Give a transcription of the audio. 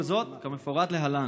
כל זאת כמפורט להלן,